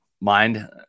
mind